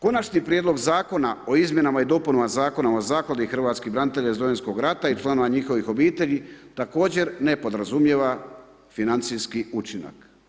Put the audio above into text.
Konačni prijedlog zakona o izmjenama i dopunama Zakona o Zakladi hrvatskih branitelja iz Domovinskog rata i članova njihovih obitelji, također ne podrazumijeva financijski učinak.